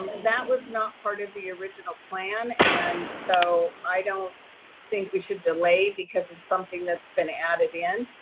that was not part of the original plan. and so i don't think we should delay because of something that's been added in.